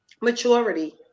Maturity